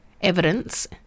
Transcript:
evidence